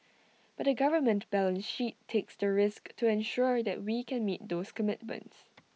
but the government balance sheet takes the risk to ensure that we can meet those commitments